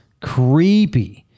creepy